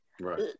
Right